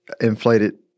inflated